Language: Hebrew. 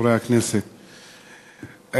חברי הכנסת,